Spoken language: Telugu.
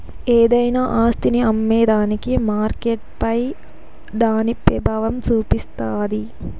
ఏదైనా ఆస్తిని అమ్మేదానికి మార్కెట్పై దాని పెబావం సూపిస్తాది